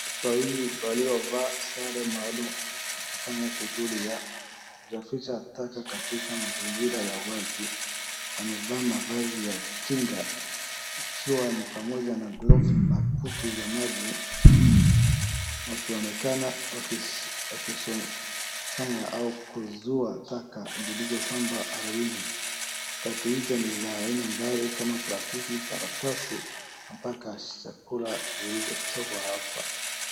Watu wawili waliovaa sare maalum wakifanya shughuli ya kusafisha taka katika mazingira ya wazi, wamevaa mavazi ya kinga ikiwa ni pamoja na glovu na kutu za maji, wakionekana wakisanya au kuzua taka zilizosamba ardhini. Taka hizo ni za aina mbali kama plastiki, karatasi mpaka chakula zilizotupwa hapa.